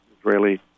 Israeli